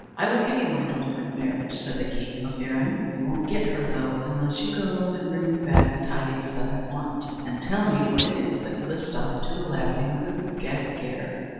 i will give you my daughter in marriage, said the king of erin you won't get her, though, unless you go and bring me back the tidings that i want, and tell me what it is that put a stop to the laughing of the gruagach gaire,